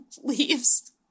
leaves